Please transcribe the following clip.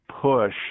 push